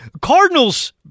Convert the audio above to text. Cardinals